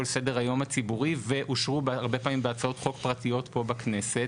על סדר היום הציבורי ואושרו הרבה פעמים בהצעות חוק פרטיות פה בכנסת,